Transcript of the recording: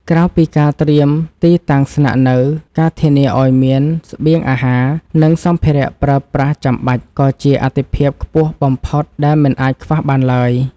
ក្រៅពីការត្រៀមទីតាំងស្នាក់នៅ ការធានាឱ្យមានស្បៀងអាហារ និងសម្ភារៈប្រើប្រាស់ចាំបាច់ ក៏ជាអាទិភាពខ្ពស់បំផុតដែលមិនអាចខ្វះបានឡើយ។